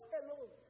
alone